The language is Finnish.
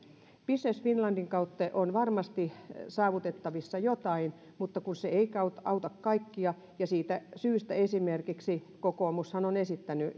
business finlandin kautta on varmasti saavutettavissa jotain mutta se ei auta kaikkia ja siitä syystähän esimerkiksi kokoomus on esittänyt